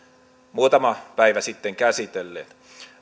muutama päivä sitten käsitelleet